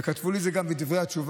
וכתבו לי את זה גם בדברי התשובה,